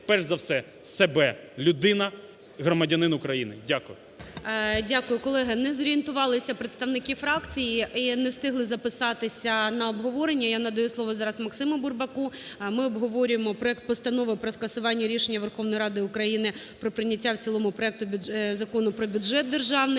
перш за все себе, людина – громадянин України. Дякую. ГОЛОВУЮЧИЙ. Дякую. Колеги, не зорієнтувалися представники фракції і не встигли записатися на обговорення. Я надаю слово зараз Максиму Бурбаку. Ми обговорюємо проект Постанови про скасування рішення Верховної Ради України про прийняття в цілому проекту бюджету… Закону про бюджет державний.